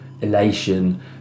elation